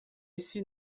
esse